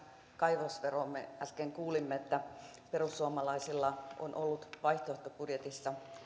kaivosveroon me äsken kuulimme että perussuomalaisilla on ollut vaihtoehtobudjetissa